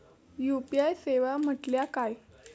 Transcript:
UPI सेवा म्हटल्या काय?